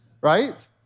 right